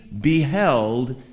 beheld